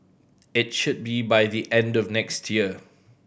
it should be by the end of next year